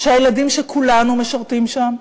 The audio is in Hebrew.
שהילדים של כולנו משרתים שם,